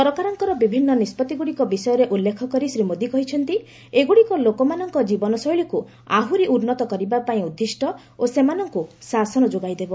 ସରକାରଙ୍କର ବିଭିନ୍ନ ନିଷ୍ପଭିଗୁଡ଼ିକ ବିଷୟରେ ଉଲ୍ଲେଖ କରି ଶ୍ରୀ ମୋଦି କହିଛନ୍ତି ଏଗୁଡ଼ିକ ଲୋକମାନଙ୍କ ଜୀବନଶୈଳୀକୁ ଆହୁରି ଉନ୍ନତ କରିବା ପାଇଁ ଉଦ୍ଦିଷ୍ଟ ଓ ସେମାନଙ୍କୁ ଶାସନ ଯୋଗାଇଦେବ